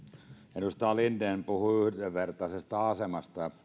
edustaja linden puhui yhdenvertaisesta asemasta